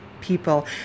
people